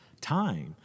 time